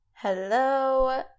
Hello